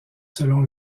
selon